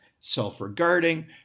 self-regarding